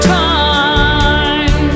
time